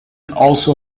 also